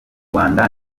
rwanda